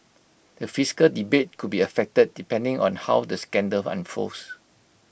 the fiscal debate could be affected depending on how the scandal unfolds